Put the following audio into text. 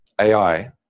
AI